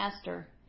Esther